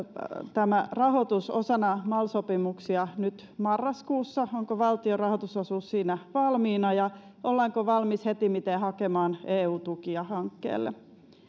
tämä rahoitus osana mal sopimuksia nyt marraskuussa onko valtion rahoitusosuus siinä valmiina ja ollaanko valmis hetimmiten hakemaan eu tukia hankkeelle